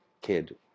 kid